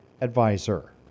advisor